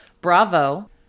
bravo